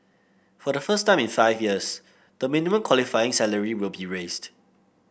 for the first time in five years the minimum qualifying salary will be raised